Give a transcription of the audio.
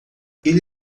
ele